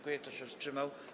Kto się wstrzymał?